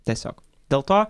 tiesiog dėl to